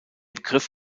begriff